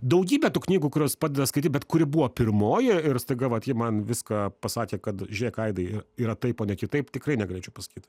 daugybė tų knygų kurios padeda skaity bet kuri buvo pirmoji ir staiga vat ji man viską pasakė kad žėk aidai yra taip o ne kitaip tikrai negalėčiau pasakyt